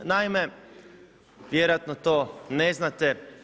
Naime, vjerojatno to ne znate.